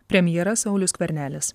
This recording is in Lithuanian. premjeras saulius skvernelis